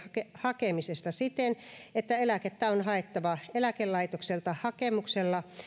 hakemisesta siten että eläkettä on haettava eläkelaitokselta hakemuksella